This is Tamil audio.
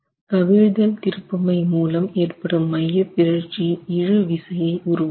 கவிழ்தல் திருப்புமை மூலம் ஏற்படும் மையப்பிறழ்ச்சி இழுவிசையை உருவாக்கும்